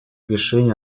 решение